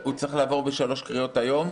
שהוא צריך לעבור בשלוש קריאות היום?